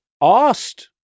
asked